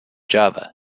java